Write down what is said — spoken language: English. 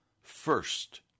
first